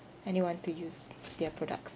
anyone to use their products